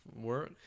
work